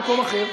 או למקום אחר.